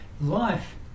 life